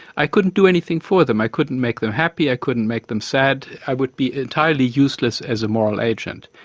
i couldn't do anything for them. i couldn't make them happy, i couldn't make them sad, i would be entirely useless as a moral agent.